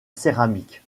céramique